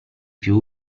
più